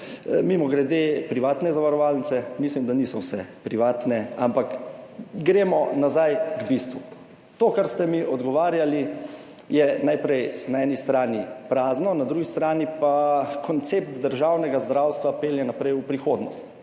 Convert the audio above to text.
Mimogrede, privatne zavarovalnice – mislim, da niso vse privatne. Ampak gremo nazaj k bistvu. To, kar ste mi odgovarjali, je najprej na eni strani prazno, na drugi strani pa koncept državnega zdravstva pelje naprej v prihodnost.